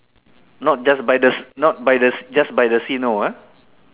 not just by the s~ not by the s~ just by the sea no ah